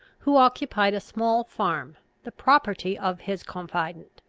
who occupied a small farm, the property of his confident.